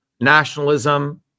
nationalism